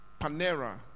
panera